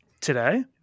today